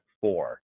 four